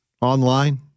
online